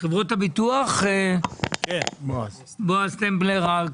חברות הביטוח, בועז סטמבלר.